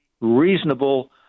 reasonable